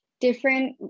different